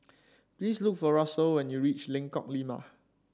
please look for Russel when you reach Lengkong Lima